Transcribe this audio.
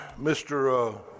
Mr